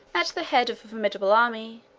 at the head of a formidable army,